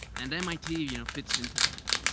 and mit you know fits into that.